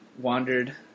wandered